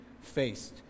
faced